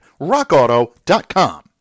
RockAuto.com